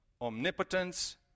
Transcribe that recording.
omnipotence